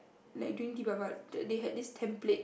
like during Deepavali they had this template